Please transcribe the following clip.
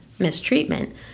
mistreatment